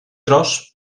tros